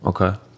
Okay